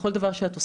בכל דבר שאת עושה,